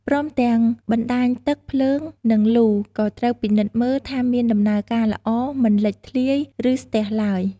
ព្រមទាំងបណ្តាញទឹក ភ្លើង និងលូក៏ត្រូវពិនិត្យមើល ថាមានដំណើរការល្អ មិនលេចធ្លាយ ឬស្ទះឡើយ។